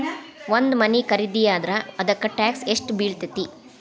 ಒಂದ್ ಮನಿ ಖರಿದಿಯಾದ್ರ ಅದಕ್ಕ ಟ್ಯಾಕ್ಸ್ ಯೆಷ್ಟ್ ಬಿಳ್ತೆತಿ?